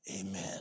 Amen